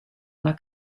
una